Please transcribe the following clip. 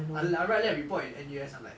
I write lab report in N_U_S I'm like